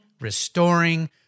restoring